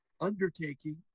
undertaking